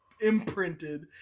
imprinted